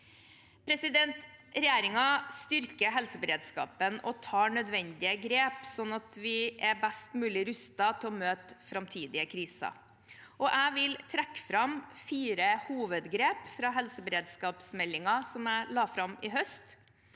sentralt. Regjeringen styrker helseberedskapen og tar nødvendige grep, slik at vi er best mulig rustet til å møte framtidige kriser. Jeg vil trekke fram fire hovedgrep fra helseberedskapsmeldingen, som jeg la fram i høst: